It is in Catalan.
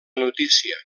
notícia